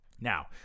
Now